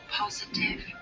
positive